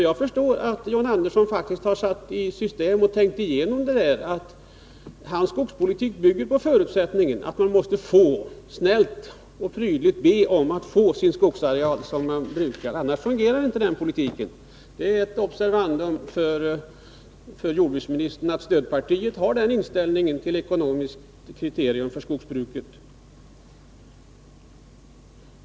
Jag förstår att John Andersson faktiskt har satt i system och tänkt igenom detta att hans skogspolitik bygger på förutsättningen att man snällt och prydligt måste be om att få sin skogsareal — annars fungerar inte den politiken. Det är ett observandum för jordbruksministern att stödpartiet har den inställningen till detta ekonomiska kriterium för skogsbruket.